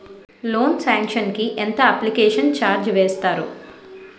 Loan sanction కి ఎంత application charge వేస్తారు?